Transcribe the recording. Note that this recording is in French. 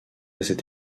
cette